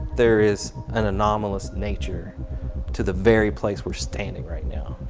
there is an anomalous nature to the very place we're standing right now.